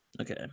Okay